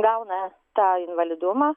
gauna tą invalidumą